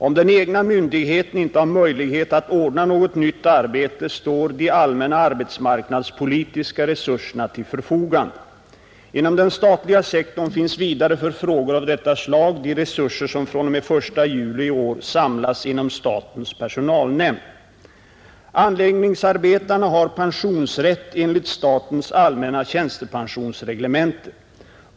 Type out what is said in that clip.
Om den egna myndigheten inte har möjlighet att ordna något nytt arbete, står de allmänna arbetsmarknadspolitiska resurserna till förfogande. Inom den statliga sektorn finns vidare för frågor av detta slag de resurser som fr.o.m. 1 juli i år samlas inom statens personalnämnd. Anläggningsarbetarna har pensionsrätt enligt statens allmänna tjänstepensionsreglemente.